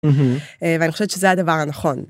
ואני חושבת שזה הדבר הנכון.